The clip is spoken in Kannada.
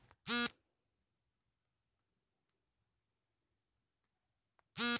ಪರಂಗಿ ಕಾಯಿಯನ್ನು ಹಸಿಯಾಗಿ ತಿನ್ನಬೋದು ಮತ್ತು ಬೇಯಿಸಿ ಸಾಂಬಾರ್ ಮಾಡಿ ತಿನ್ನಬೋದು